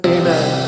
amen